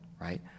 right